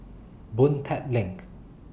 Boon Tat LINK